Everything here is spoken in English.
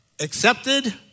accepted